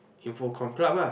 info comm club ah